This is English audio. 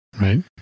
Right